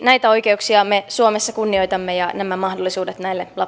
näitä oikeuksia me suomessa kunnioitamme ja nämä mahdollisuudet näille lapsille